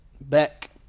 back